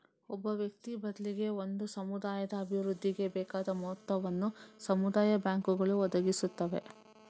ಒಬ್ಬ ವ್ಯಕ್ತಿ ಬದ್ಲಿಗೆ ಒಂದು ಸಮುದಾಯದ ಅಭಿವೃದ್ಧಿಗೆ ಬೇಕಾದ ಮೊತ್ತವನ್ನ ಸಮುದಾಯ ಬ್ಯಾಂಕುಗಳು ಒದಗಿಸುತ್ತವೆ